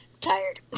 Tired